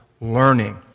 learning